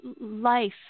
life